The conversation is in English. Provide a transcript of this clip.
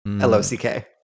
L-O-C-K